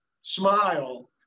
smile